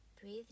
breathe